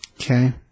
Okay